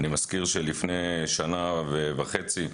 אני מזכיר שלפני שנה וחצי,